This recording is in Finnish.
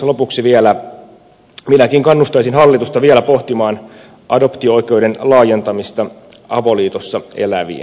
lopuksi minäkin kannustaisin hallitusta vielä pohtimaan adoptio oikeuden laajentamista avoliitossa eläviin